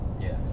Yes